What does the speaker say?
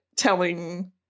telling